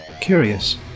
Curious